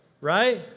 Right